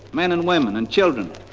men and women, and children,